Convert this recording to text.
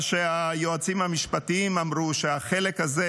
מה שהיועצים המשפטיים אמרו, שהחלק הזה,